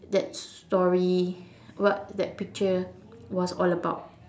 that story what that picture was all about